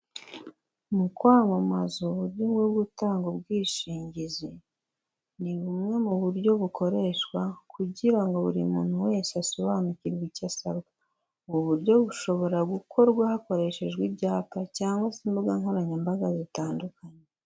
Mu kwamamaza uburyo bwo gutanga ubwishingizi, ni bumwe mu buryo bukoreshwa kugira ngo buri muntu wese asobanukirwe icyo asabwa, ubu buryo bushobora gukorwa hakoreshejwe ibyapa cyangwa se imbuga nkoranyambaga zitandukanye.